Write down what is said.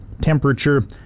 temperature